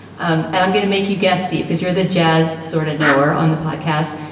um and i'm gonna make you guess, steve, because you're the jazz sort of nowhere on the podcast.